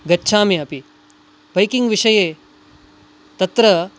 गच्छामि अपि बैकिङ्ग् विषये तत्र